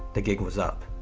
the gig was up.